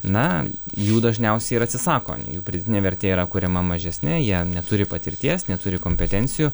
na jų dažniausiai ir atsisako jų pridėtinė vertė yra kuriama mažesne jie neturi patirties neturi kompetencijų